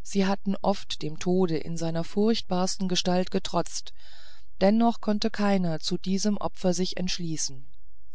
sie hatten oft dem tode in seiner furchtbarsten gestalt getrotzt dennoch konnte keiner zu diesem opfer sich entschließen